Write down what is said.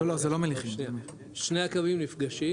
שני הקווים נפגשים,